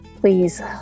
please